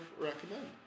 recommend